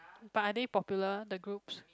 but are they popular the groups